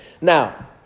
Now